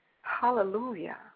Hallelujah